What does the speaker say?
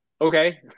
okay